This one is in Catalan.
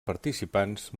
participants